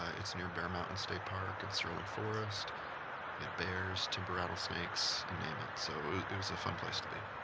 it's near bear mountain state park and sterling forest. we had bears, timber rattlesnakes, you name it. so it was a fun place to be.